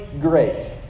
great